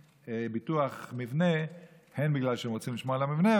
ביטוח מבנה בגלל שהם רוצים לשמור על המבנה,